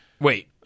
Wait